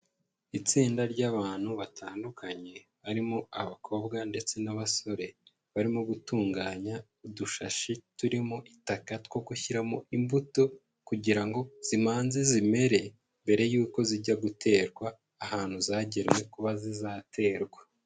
Itsinda ry'abantu batandukanye, barimo abakobwa ndetse n'abasore, barimo gutunganya udushashi turimo itaka two kushyiramo imbuto kugira ngo zimanze zimere, mbere yuko zijya guterwa ahantu zagenwe kuba zizaterwa.